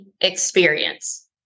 experience